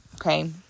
Okay